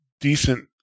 decent